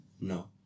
No